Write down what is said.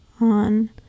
on